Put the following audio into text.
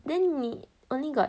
then 你 only got